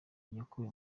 yakuwe